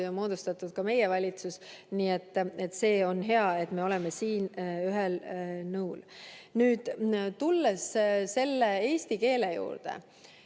on moodustatud ka meie valitsus. Nii et see on hea, et me oleme siin ühel nõul. Tulles eesti keele juurde,